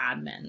admin